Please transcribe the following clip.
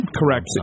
correct